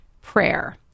prayer